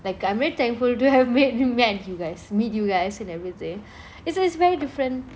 like I'm really thankful to have made you met you guys meet you guys and everything it's it's very different